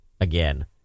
again